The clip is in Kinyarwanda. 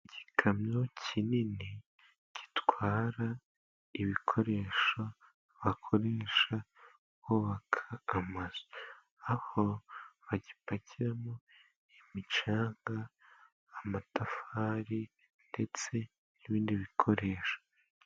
Igikamyo kinini gitwara ibikoresho bakoresha bubaka amazu. Aho bagipakiyemo imicanga, amatafari ndetse n'ibindi bikoresho.